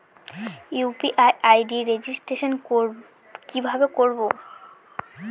UPI ID registration কিভাবে করব?